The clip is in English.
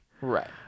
Right